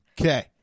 Okay